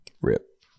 Rip